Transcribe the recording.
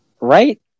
Right